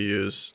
use